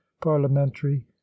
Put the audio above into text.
parliamentary